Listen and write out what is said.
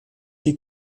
die